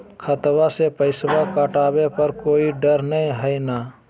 खतबा से पैसबा कटाबे पर कोइ डर नय हय ना?